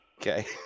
Okay